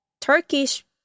Turkish